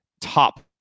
top